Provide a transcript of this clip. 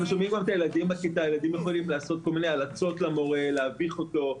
ילדים יכולים לעשות כל מיני הלצות למורה ולהביך אותו.